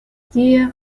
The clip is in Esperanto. tie